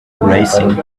racing